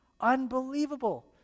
Unbelievable